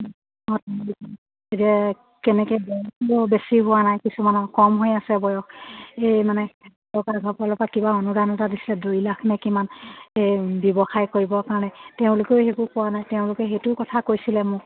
বয়সো বেছি হোৱা নাই কিছুমানৰ কম হৈ আছে বয়স এই মানে চৰকাৰ ঘৰৰ পৰা কিবা অনুদান এটা দিছে দুই লাখ নে কিমান এই ব্যৱসায় কৰিবৰ কাৰণে তেওঁলোকেও সেইবোৰ পোৱা নাই তেওঁলোকে সেইটো কথা কৈছিলে মোক